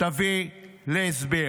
תביא להסבר.